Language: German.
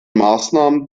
maßnahmen